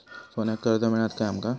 सोन्याक कर्ज मिळात काय आमका?